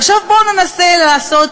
עכשיו בואו ננסה לעשות